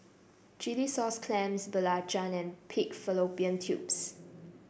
Chilli Sauce Clams Belacan and Pig Fallopian Tubes